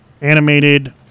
animated